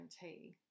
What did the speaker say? guarantee